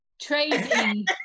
trading